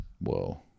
Whoa